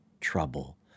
trouble